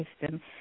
system